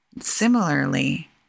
Similarly